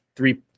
Three